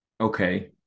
okay